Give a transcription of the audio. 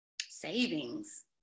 savings